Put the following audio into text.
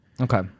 Okay